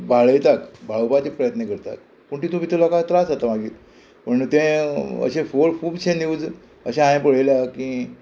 बाळयतात बाळोवपाचे प्रयत्न करतात पूण तितू भितर लोकांक त्रास जाता मागीर पूण तें अशें फोड खुबशे न्यूज अशे हांयेन पळयल्या की